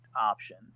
option